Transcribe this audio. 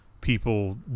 people